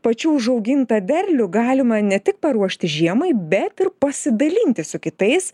pačių užaugintą derlių galima ne tik paruošti žiemai bet ir pasidalinti su kitais